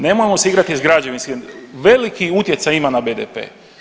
Nemojmo se igrati s građevinskim, veliki utjecaj ima na BDP.